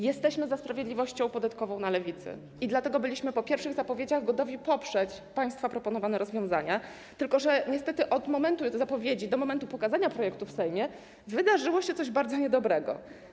Jesteśmy za sprawiedliwością podatkową na Lewicy, dlatego byliśmy po pierwszych zapowiedziach gotowi poprzeć proponowane przez państwa rozwiązania, tylko że niestety od momentu zapowiedzi do momentu pokazania projektu w Sejmie wydarzyło się coś bardzo niedobrego.